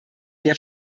der